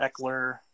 Eckler